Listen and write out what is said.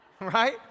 Right